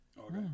Okay